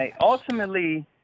Ultimately